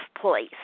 place